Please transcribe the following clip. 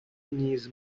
نیز